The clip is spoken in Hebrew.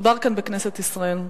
מדובר כאן בכנסת ישראל,